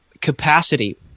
capacity